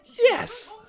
Yes